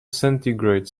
centigrade